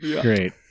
Great